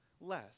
less